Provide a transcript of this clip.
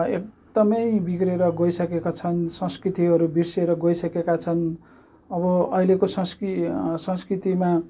एकदमै बिग्रिएर गइसकेका छन् संस्कृतिहरू बिर्सिएर गइसकेका छन् अब अहिलेको संस्कृ संस्कृतिमा